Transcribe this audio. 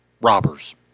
robbers